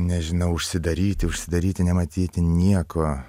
nežinau užsidaryti užsidaryti nematyti nieko